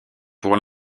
pour